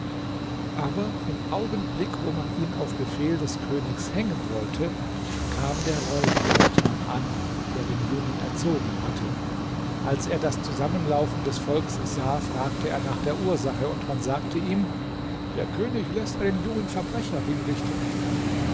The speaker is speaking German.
aber im augenblick wo man ihn auf befehl des königs hängen wollte kam der räuberhauptmann an der den jungen erzogen hatte als er das zusammenlaufen des volks sah fragte er nach der ursache und man sagte ihm der könig läßt einen jungen verbrecher hinrichten